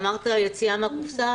אמרת יציאה מהקופסה,